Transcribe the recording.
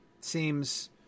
seems